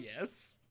Yes